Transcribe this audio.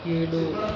ಏಳು